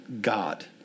God